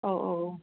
औ औ